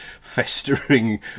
festering